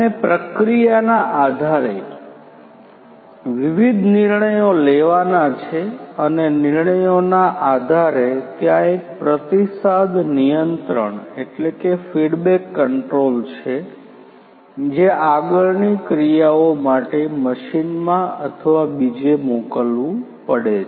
અને પ્રક્રિયાના આધારે વિવિધ નિર્ણયો લેવાના છે અને નિર્ણયોના આધારે ત્યાં એક પ્રતિસાદ નિયંત્રણ ફિડબેક કંટ્રોલ છે જે આગળની ક્રિયાઓ માટે મશીનમાં અથવા બીજે મોકલવું પડે છે